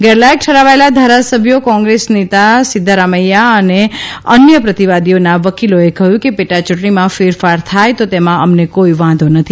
ગેરલાયક ઠરાવાયેલા ધારાસભ્યો કોંગ્રેસનેતા સિદ્વારામૈયા અને અન્ય પ્રતિવાદીઓના વકીલોએ કહ્યું કે પેટાયૂંટણીમાં ફેરફાર થાય તો તેમાં અમને કોઇ વાંધો નથી